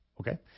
Okay